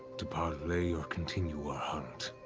to parley or continue our hunt?